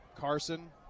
Carson